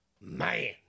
man